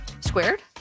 squared